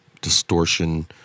distortion